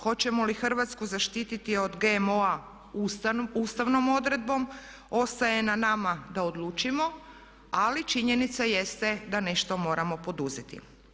Hoćemo li Hrvatsku zaštititi od GMO-a ustavnom odredbom ostaje na nama da odlučimo, ali činjenica jeste da nešto moramo poduzeti.